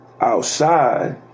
outside